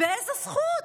באיזו זכות?